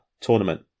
tournament